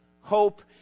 hope